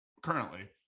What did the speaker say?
currently